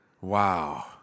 wow